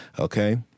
Okay